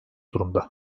durumda